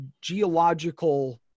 geological